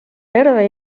terve